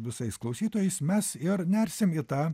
visais klausytojais mes ir nersim į tą